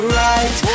right